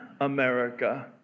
America